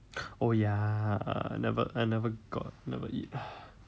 oh ya I never I never got I never eat